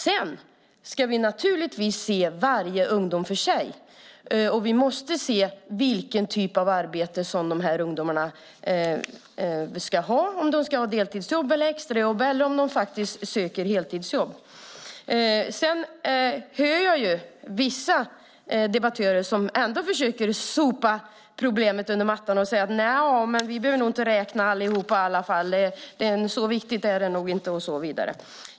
Vi ska givetvis se varje ungdom för sig. Vi måste också se vilken typ av arbete som ungdomarna söker. Är det extrajobb, deltidsjobb eller heltidsjobb? Jag hör att vissa debattörer ändå försöker sopa problemet under mattan. De menar att man inte behöver räkna alla och att det inte är så viktigt.